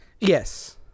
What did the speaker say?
Yes